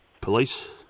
police